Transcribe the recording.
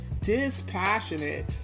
Dispassionate